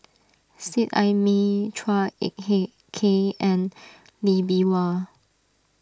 Seet Ai Mee Chua Ek hey Kay and Lee Bee Wah